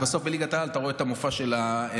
כי בסוף בליגת-העל אתה רואה את המופע של האבוקות,